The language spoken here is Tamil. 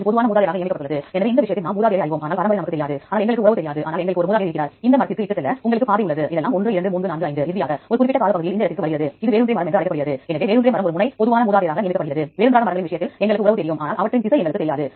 எனவே முன்கூட்டிய தேர்தல் விருப்பத்தில் நீங்கள் முன்கூட்டியே தேடலை கிளிக் செய்து எந்த முக்கிய வார்த்தையையும் இங்கே தட்டச்சு செய்யலாம் அல்லது நீங்கள் ஒரு குறிப்பிட்ட விஷயத்தில் இருந்து விரும்பினால் இங்கே இருந்து தேர்வு செய்யலாம்